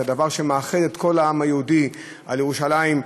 את הדבר שמאחד את כל העם היהודי סביב ירושלים,